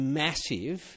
massive